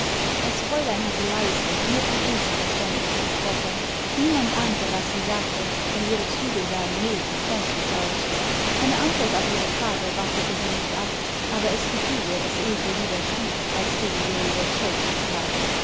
das fräulein hatte leise nur für ilse verständlich gesprochen niemand ahnte was sie sagte denn ihre züge sahen mild und freundlich aus eine antwort auf ihre frage wartete sie nicht ab aber es gefiel ihr daß ilse lieber schwieg als gegen ihre ueberzeugung